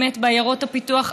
באמת, בעיירות הפיתוח.